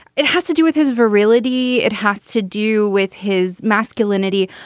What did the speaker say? it has to do with his virility. it has to do with his masculinity.